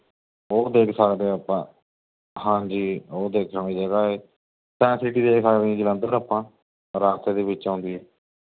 ਉਹ ਦੇਖ ਸਕਦੇ ਆਪਾਂ ਹਾਂਜੀ ਉਹ ਦੇਖਣ ਆਲੀ ਜਗ੍ਹਾ ਹੈ ਸਾਇੰਸ ਸਿਟੀ ਦੇਖ ਸਕਦੇ ਆ ਜੀ ਜਲੰਧਰ ਆਪਾਂ ਰਸਤੇ ਦੇ ਵਿੱਚ ਆਉਂਦੀ ਹੈ